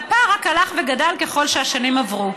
והפער רק הלך וגדל ככל שהשנים עברו.